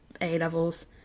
A-levels